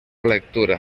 lectura